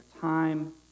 time